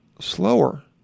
slower